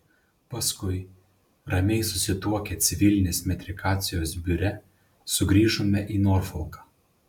paskui ramiai susituokę civilinės metrikacijos biure sugrįžome į norfolką